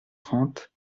trente